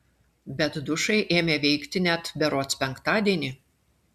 bet dušai ėmė veikti net berods penktadienį